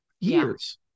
years